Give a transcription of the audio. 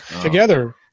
together